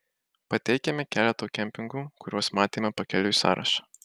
pateikiame keleto kempingų kuriuos matėme pakeliui sąrašą